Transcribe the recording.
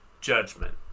judgment